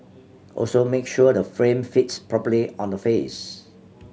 also make sure the frame fits properly on the face